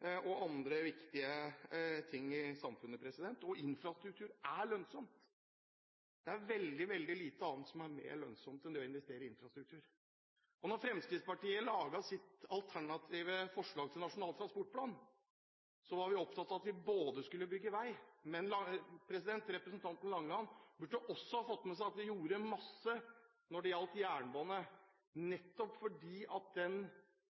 til andre viktige ting i samfunnet. Infrastruktur er lønnsomt. Det er veldig, veldig lite annet som er mer lønnsomt enn det å investere i infrastruktur. Og da Fremskrittspartiet lagde sitt alternative forslag til Nasjonal transportplan, var vi opptatt av at vi skulle bygge vei, men – som representanten Langeland også burde ha fått med seg – vi gjorde også masse når det gjaldt jernbane, nettopp fordi den